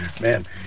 Man